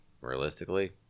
realistically